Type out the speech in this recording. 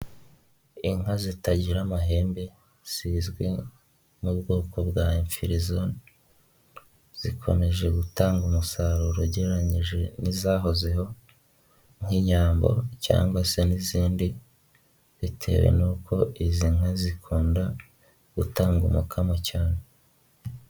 Inka zitagira amahembe, zizwi mu bwoko bwa imfirizoni, zikomeje gutanga umusaruro ugereranyije n'izahozeho nk'inyambo cyangwa se n'izindi, bitewe n'uko izi nka zikunda, gutanga umukama cyane.